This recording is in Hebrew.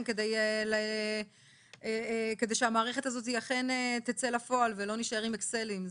כדי שהמערכת הזאת אכן תצא לפועל ולא נישאר עם אקסלים.